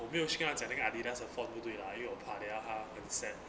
我没有去跟她讲那个 adidas 的 font 不对 lah 因为我怕等下她很 sad